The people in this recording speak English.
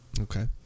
Okay